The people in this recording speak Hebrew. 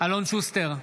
אלון שוסטר,